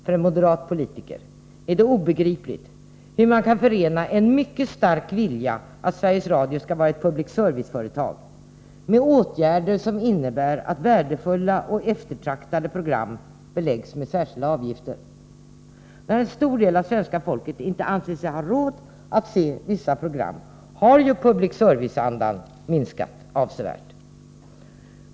För en moderat politiker är det obegripligt hur man kan förena en mycket stark vilja att Sveriges Radio skall vara ett public service-företag med åtgärder som innebär att värdefulla och eftertraktade program beläggs med särskilda avgifter. När en stor del av svenska folket inte anser sig ha råd att se vissa program har ju public service-andan minskat avsevärt.